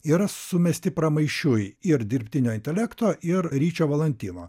yra sumesti pramaišiui ir dirbtinio intelekto ir ryčio valantino